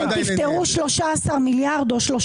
אתם תפטרו ממס 13 מיליארד, או 3